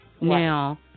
Now